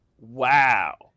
Wow